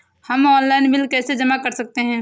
हम online bill कैसे जमा कर सकते हैं?